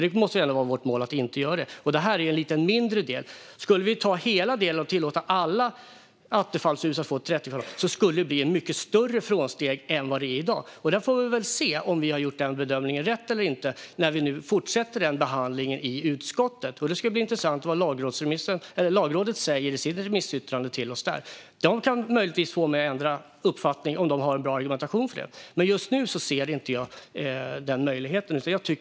Det måste vara vårt mål att inte göra det. Detta är en lite mindre del. Skulle vi ha hela delen och tillåta att alla attefallshus får vara 30 kvadratmeter skulle det bli ett mycket större frånsteg än vad det är i dag. Vi får väl se om vi har gjort den bedömningen rätt eller inte när vi fortsätter behandlingen i utskottet. Det ska bli intressant att se vad Lagrådet säger till oss i sitt remissyttrande. Det kan möjligtvis få mig att ändra uppfattning om det har en bra argumentation för det. Men just nu ser inte jag den möjligheten.